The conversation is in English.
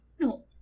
No